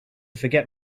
forget